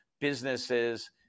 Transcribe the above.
businesses